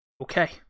Okay